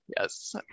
Yes